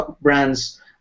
brands